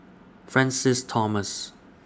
Francis Thomas